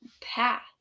path